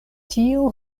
tiu